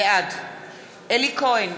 בעד אלי כהן,